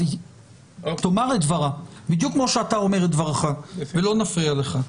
היא תאמר את דבריה בדיוק כמו שאתה אומר את דבריך ולא נפריע לך.